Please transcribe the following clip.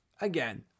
again